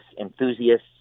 enthusiasts